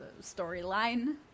storyline